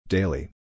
Daily